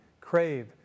crave